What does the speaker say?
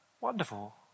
wonderful